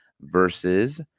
versus